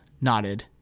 nodded